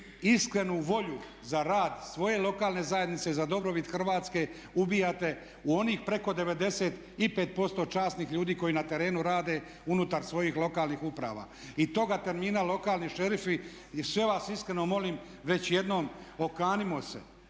iskrenu volju za rad svoje lokalne zajednice za dobrobit Hrvatske ubijate u onih preko 95% časnih ljudi koji na terenu rade unutar svojih lokalnih uprava i toga termina lokalni šerifi i sve vas iskreno molim već jednom okanimo se.